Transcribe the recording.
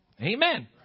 Amen